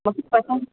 मूंखे पसंदि